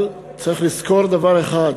אבל צריך לזכור דבר אחד: